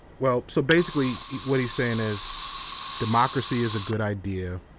well, so basically, what he's saying is democracy is a good idea,